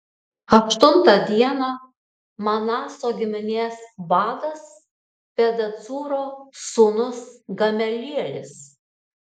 aštuntą dieną manaso giminės vadas pedacūro sūnus gamelielis